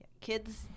Kids